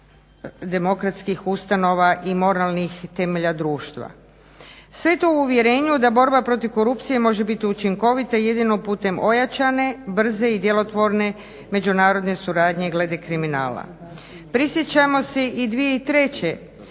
demokratskih ustanova i moralnih temelja društva, sve to u uvjerenju da borba protiv korupcije može biti učinkovita jedino putem ojačanje, brze i djelotvorne međunarodne suradnje glede kriminala. Prisjećamo se i 2003. kada je